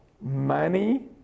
money